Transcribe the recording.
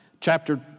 chapter